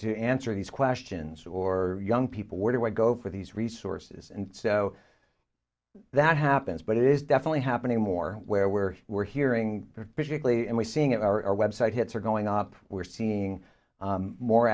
you answer these questions or young people where do i go for these resources and so that happens but it is definitely happening more where we're we're hearing critically and we're seeing it our web site hits are going up we're seeing more